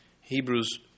Hebrews